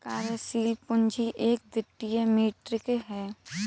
कार्यशील पूंजी एक वित्तीय मीट्रिक है